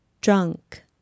drunk